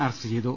arrest ചെയ്തു